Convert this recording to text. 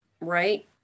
Right